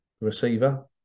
receiver